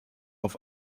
auf